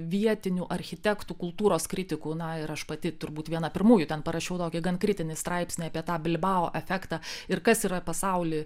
vietinių architektų kultūros kritikų na ir aš pati turbūt viena pirmųjų ten parašiau tokį gan kritinį straipsnį apie tą bilbao efektą ir kas yra pasauly